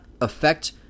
affect